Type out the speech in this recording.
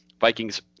Vikings